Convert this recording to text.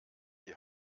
die